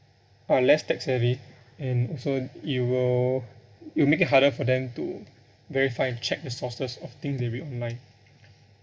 unless tech savvy and also you will you make it harder for them to verify and check the sources of thing they read online